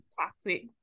toxic